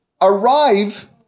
arrive